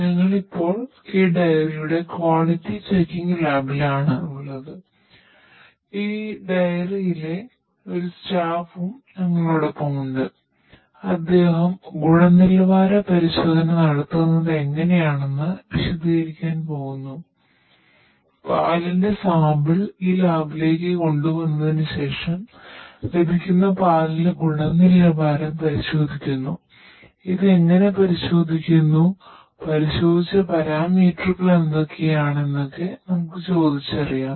ഞങ്ങൾ ഇപ്പോൾ ഈ ഡയറിയുടെ ക്വാളിറ്റി ചെക്കിങ് ലാബിലാണ് എന്തൊക്കെയാണ് എന്നൊക്കെ നമുക് ചോദിച്ചറിയാം